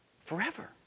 forever